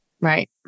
Right